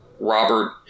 Robert